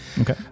Okay